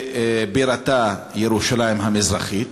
ובירתה ירושלים המזרחית.